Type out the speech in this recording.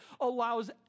allows